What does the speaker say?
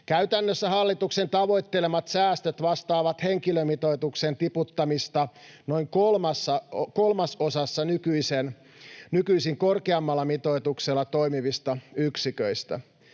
Käytännössä hallituksen tavoittelemat säästöt vastaavat henkilömitoituksen tiputtamista noin kolmasosassa nykyisin korkeammalla mitoituksella toimivista yksiköistä.